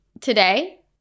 Today